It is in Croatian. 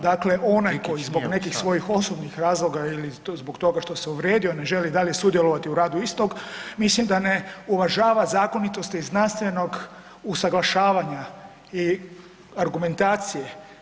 Dakle, onaj koji zbog nekih svojih osobnih razloga ili zbog toga što se uvrijedio ne želi dalje sudjelovati u radu istog mislim da ne uvažava zakonitosti znanstvenog usaglašavanja i argumentacije.